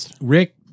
Rick